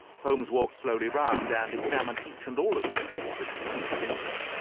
holmes walked slowly round and examined each and all of them with the keenest interest.